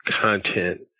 content